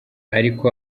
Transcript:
ariko